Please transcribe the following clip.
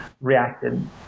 reacted